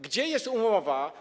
Gdzie jest umowa?